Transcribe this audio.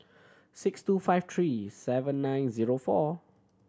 six two five three seven nine zero four